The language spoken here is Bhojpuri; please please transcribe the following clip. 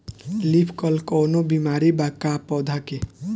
लीफ कल कौनो बीमारी बा का पौधा के?